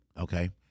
Okay